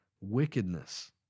Wickedness